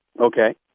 Okay